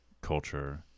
culture